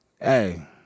Hey